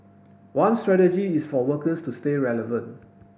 one strategy is for workers to stay relevant